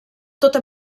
tota